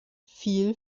viel